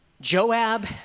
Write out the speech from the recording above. Joab